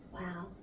Wow